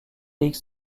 league